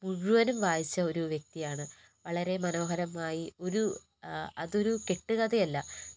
മുഴുവനും വായിച്ച ഒരു വ്യക്തിയാണ് വളരെ മനോഹരമായി ഒരു അതൊരു കെട്ടുക്കഥയല്ല